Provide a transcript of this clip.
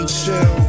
chill